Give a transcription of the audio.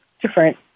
different